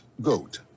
GOAT